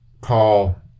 call